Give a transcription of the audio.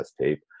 tape